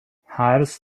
hires